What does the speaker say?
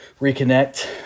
reconnect